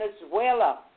Venezuela